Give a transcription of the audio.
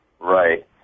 Right